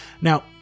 Now